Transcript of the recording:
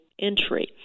entry